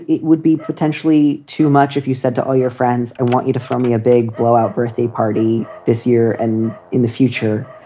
it would be potentially too much if you said to all your friends, i and want you to throw me a big blow out birthday party this year. and in the future,